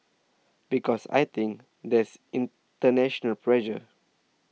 because I think there's international pressure